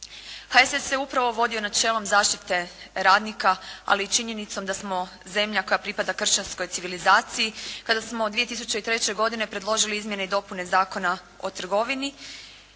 HSS se upravo vodio načelom zaštite radnika ali i činjenicom da smo zemlja koja pripada kršćanskoj civilizaciji, kada smo 2003. godine predložili Izmjene i dopune Zakona o trgovini